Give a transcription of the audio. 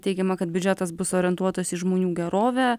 teigiama kad biudžetas bus orientuotas į žmonių gerovę